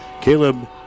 Caleb